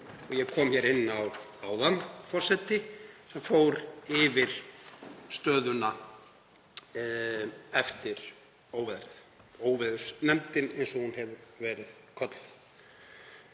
og ég kom hér inn á áðan sem fór yfir stöðuna eftir óveðrið — óveðursnefndin eins og hún hefur verið kölluð.